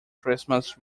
christmas